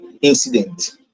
incident